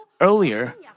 Earlier